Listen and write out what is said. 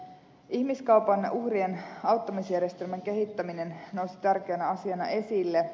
ihmiskaupan uhrien auttamisjärjestelmän kehittäminen nousi tärkeänä asiana esille